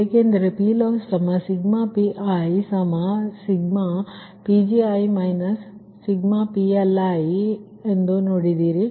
ಏಕೆಂದರೆ ನೀವು PLossi1nPii1mPgi i1nPLi ಅನ್ನು ನೋಡಿದ್ದೀರಿ